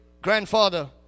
grandfather